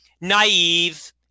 naive